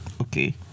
Okay